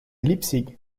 leipzig